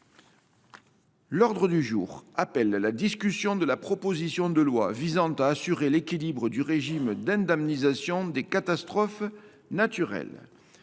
Nous reprenons la discussion de la proposition de loi visant à assurer l’équilibre du régime d’indemnisation des catastrophes naturelles.